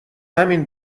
همین